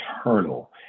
eternal